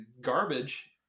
garbage